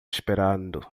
esperando